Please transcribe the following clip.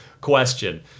question